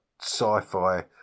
sci-fi